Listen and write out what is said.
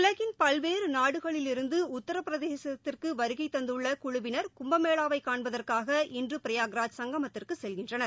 உலகின் பல்வேறு நாடுகளிலிருந்து உத்திரபிரதேசத்திற்கு வருகை தந்துள்ள குழுவினர் கும்பமேளாவை காணப்தற்காக இன்று பிரயாக்ராஜ் சங்கமத்திற்கு செல்கின்றனர்